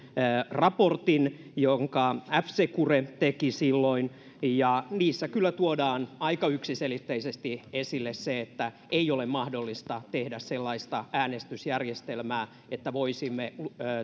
raportin jonka f secure teki silloin ja niissä kyllä tuodaan aika yksiselitteisesti esille että ei ole mahdollista tehdä sellaista äänestysjärjestelmää että voisimme